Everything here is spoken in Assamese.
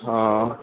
অঁ